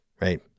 right